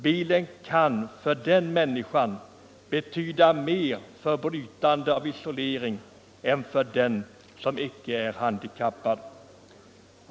Bilen kan för den människan betyda mer för brytandet av isolering än för den som icke är handikappad.